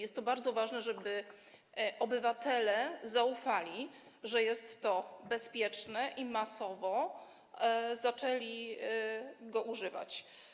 Jest to bardzo ważne, żeby obywatele zaufali, że jest to bezpieczne, i masowo zaczęli go używać.